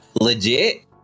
legit